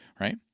Right